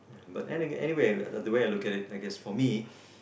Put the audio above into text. but and any~ anyway the way I look at it like is for me